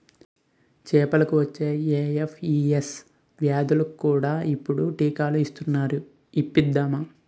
చేపలకు వచ్చే వీ.హెచ్.ఈ.ఎస్ వ్యాధులకు కూడా ఇప్పుడు టీకాలు ఇస్తునారు ఇప్పిద్దామా